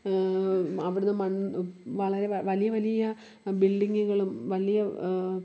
അവിടെ നിന്നു മണ്ണു വളരെ വലിയ വലിയ ബിൽഡിങ്ങുകളും വലിയ